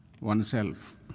oneself